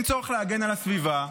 שאין צורך להגן על הסביבה,